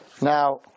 Now